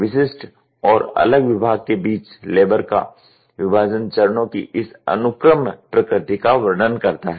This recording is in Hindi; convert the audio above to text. विशिष्ट और अलग विभाग के बीच लेबर का विभाजन चरणों की इस अनुक्रम प्रकृति का वर्णन करता है